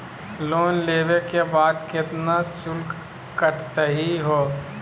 Loan लेवे के बाद केतना शुल्क कटतही हो?